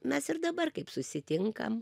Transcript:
mes ir dabar kaip susitinkam